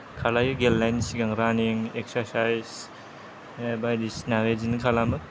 खालायो गेलेनायनि सिगां रानिं एक्सारसाइस बायदिसिना बिदिनो खालामो